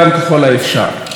ברמות אחרות,